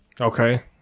Okay